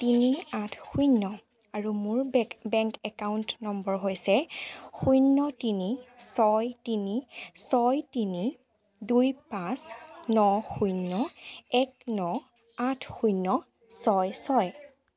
তিনি আঠ শূন্য আৰু মোৰ বেক বেংক একাউণ্ট নম্বৰ হৈছে শূন্য তিনি ছয় তিনি ছয় তিনি দুই পাঁচ ন শূন্য এক ন আঠ শূন্য ছয় ছয়